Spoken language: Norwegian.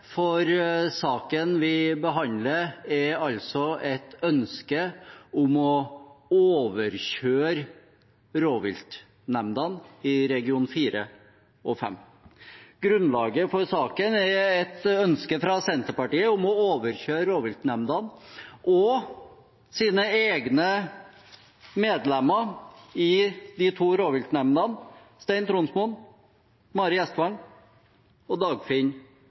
for saken vi behandler, er altså et ønske om å overkjøre rovviltnemndene i regionene 4 og 5. Grunnlaget for saken er et ønske fra Senterpartiet om å overkjøre rovviltnemndene og sine egne medlemmer i de to rovviltnemndene – Stein Tronsmoen, Mari Gjestvang og Dagfinn